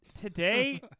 Today